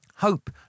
Hope